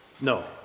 no